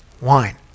wine